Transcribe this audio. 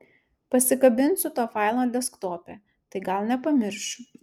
pasikabinsiu tą failą desktope tai gal nepamiršiu